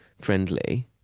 Friendly